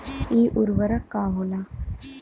इ उर्वरक का होला?